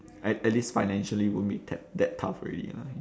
at at least financially won't be that that tough already lah